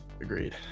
Agreed